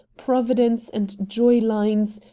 providence, and joy lines,